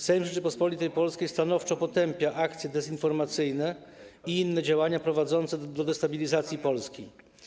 Sejm Rzeczypospolitej Polskiej stanowczo potępia akcje dezinformacyjne i inne działania prowadzące do destabilizacji Polski.